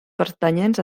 pertanyents